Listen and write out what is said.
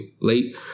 Late